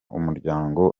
umuryango